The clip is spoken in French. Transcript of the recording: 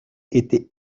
était